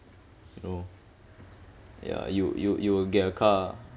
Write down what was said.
you know ya you you you will get a car